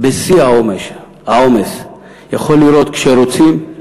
בשיא העומס יכול לראות, כשרוצים,